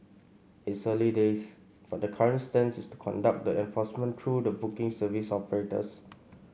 it's early days but the current stance is to conduct the enforcement through the booking service operators